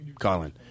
Colin